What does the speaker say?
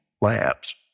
Labs